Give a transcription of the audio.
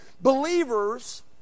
believers